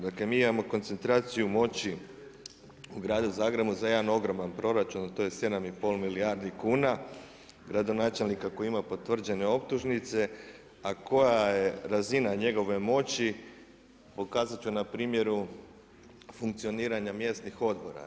Dakle mi imamo koncentraciju moći u gradu Zagrebu za jedan ogroman proračun, a to je 7,5 milijardi kuna, gradonačelnika koji ima potvrđene optužnice, a koja je razina njegove moći pokazat ću na primjeru funkcioniranja mjesnih odbora.